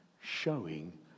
showing